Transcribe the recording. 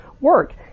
work